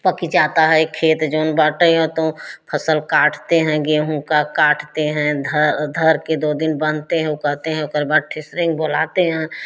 पक जाता है खेत जौन बाटय हो तों फसल काटते हैं गेहूँ का काटते हैं ध धर के दो दिन बांधते हैं उ कहते हैं ओकर बाद ठेसरिंग बोलाते हैं